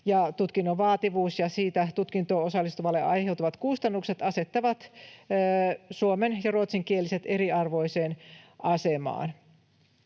tutkinnon vaativuus ja siitä tutkintoon osallistuvalle aiheutuvat kustannukset asettavat suomen- ja ruotsinkieliset eriarvoiseen asemaan.